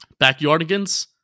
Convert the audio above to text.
backyardigans